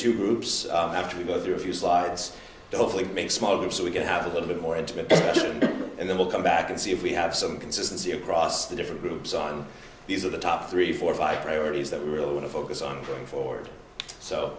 two groups have to go through a few slides to hopefully make smoking so we can have a little bit more intimate and then we'll come back and see if we have some consistency across the different groups on these are the top three four five priorities that we really want to focus on going forward so